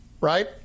right